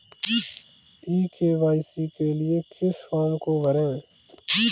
ई KYC के लिए किस फ्रॉम को भरें?